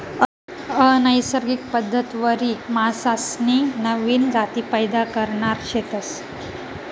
अनैसर्गिक पद्धतवरी मासासनी नवीन जाती पैदा करणार शेतस